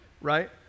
right